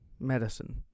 Medicine